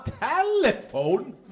telephone